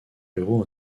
ruraux